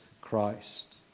Christ